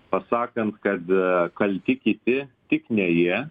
pasakant kad kalti kiti tik ne jie